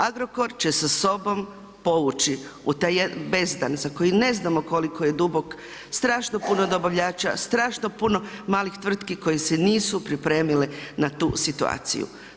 Agrokor će sa sobom povući u taj jedan bezdan za koji ne znamo koliko je dubok, strašno puno dobavljača, strašno puno malih tvrtki koje se nisu pripremile na tu situaciju.